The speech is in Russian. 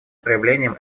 проявлением